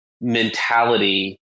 mentality